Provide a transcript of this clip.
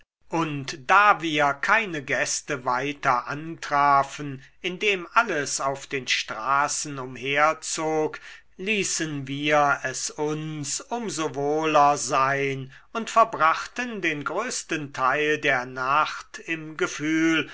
und da wir keine gäste weiter antrafen indem alles auf den straßen umherzog ließen wir es uns um so wohler sein und verbrachten den größten teil der nacht im gefühl